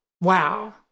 wow